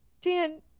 Dan